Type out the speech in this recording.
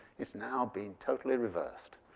it's now been totally reversed.